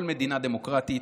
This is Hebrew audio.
כל מדינה דמוקרטית,